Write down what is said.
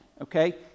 Okay